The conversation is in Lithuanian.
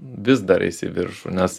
vis dar eis į viršų nes